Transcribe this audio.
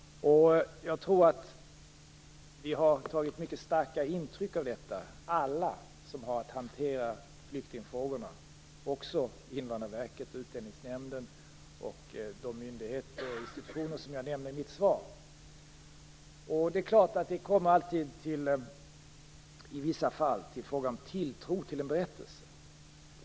Jag tror att alla som har att hantera flyktingfrågor har tagit mycket starkt intryck - Invandrarverket, Utlänningsnämnden och de myndigheter och institutioner som jag nämner i mitt svar. Det är klart att det i vissa fall alltid blir fråga om tilltro till en berättelse.